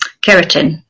keratin